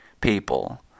people